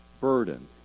burden